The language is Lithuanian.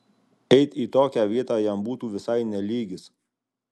eit į tokią vietą jam būtų visai ne lygis